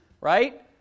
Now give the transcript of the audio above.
right